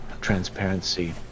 transparency